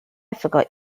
forgot